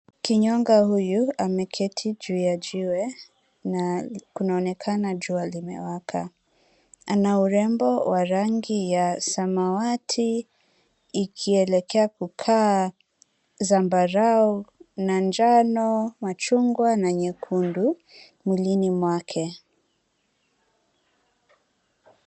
Kinyonga huyu ameketi juu ya jiwe na kunaonekana jua limewewaka. Ana wa urembo wa rangi ya samawati ikielekea kukaa zambarau na njano, machungwa na nyekundu mwilini mwake.